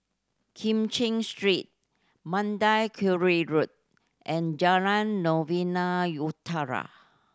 Kim Cheng Street Mandai Quarry Road and Jalan Novena Utara